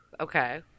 Okay